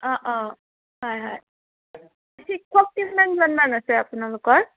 অঁ অঁ হয় হয় শিক্ষক কিছুমানজনমান আছে আপোনালোকৰ